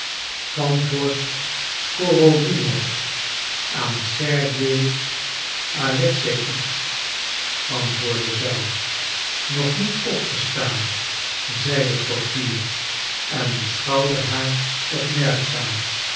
van vorst skorodumof aan sergej alexeïtsch antwoordde zij nog niet opgestaan zei de portier en beschouwde haar